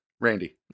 Randy